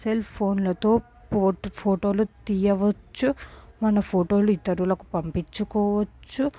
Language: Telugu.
సెల్ ఫోన్లతో పో ఫోటోలు తీయవచ్చు మన ఫోటోలని ఇతరులకు పంపించుకోవచ్చు